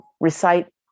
recite